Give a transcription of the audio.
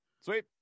Sweet